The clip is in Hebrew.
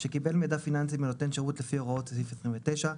שקיבל מידע פיננסי מנותן שירות לפי הוראות סעיף 29,